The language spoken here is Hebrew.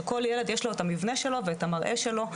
שכל ילד יש לו את המבנה שלו ואת המראה שלו,